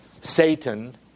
Satan